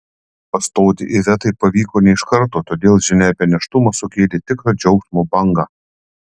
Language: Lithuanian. pastoti ivetai pavyko ne iš karto todėl žinia apie nėštumą sukėlė tikrą džiaugsmo bangą